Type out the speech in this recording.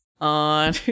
on